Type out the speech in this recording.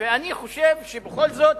ואני חושב שבכל זאת